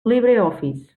libreoffice